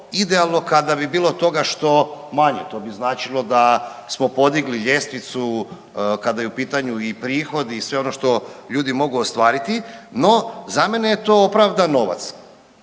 idealno kada bi bilo toga što manje, to bi značilo da smo podigli ljestvicu kada je u pitanju i prihod i sve ono što ljudi mogu ostvariti, no za mene je to opravdan novac.